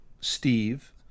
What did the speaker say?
Steve